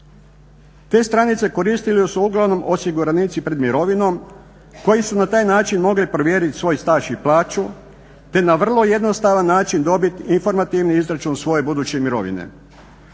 Te stranice koristili su uglavnom osiguranici pred mirovinom koji su na taj način mogli provjeriti svoj staž i plaću te na vrlo jednostavan način dobiti informativni izračun svoje buduće mirovine.